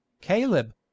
Caleb